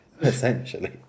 essentially